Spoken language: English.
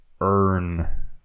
earn